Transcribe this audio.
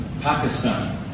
Pakistan